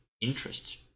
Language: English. interest